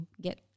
get